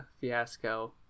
Fiasco